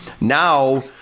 now –